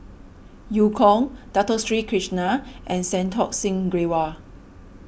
Eu Kong Dato Sri Krishna and Santokh Singh Grewal